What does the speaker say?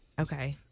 Okay